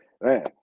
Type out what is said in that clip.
man